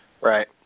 Right